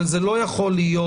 אבל זה לא יכול להיות,